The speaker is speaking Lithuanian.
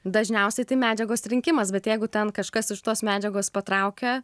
dažniausiai tai medžiagos rinkimas bet jeigu ten kažkas iš tos medžiagos patraukia